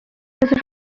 school